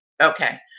Okay